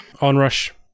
Onrush